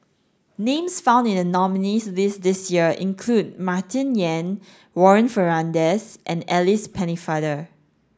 names found in the nominees' list this year include Martin Yan Warren Fernandez and Alice Pennefather